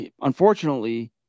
unfortunately